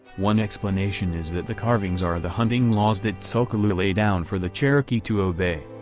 one explanation is that the carvings are the hunting laws that tsul'kalu' lay down for the cherokee to obey.